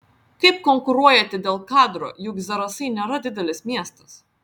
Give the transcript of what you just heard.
kaip konkuruojate dėl kadro juk zarasai nėra didelis miestas